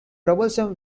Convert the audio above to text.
troublesome